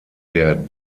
der